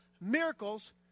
miracles